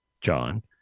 John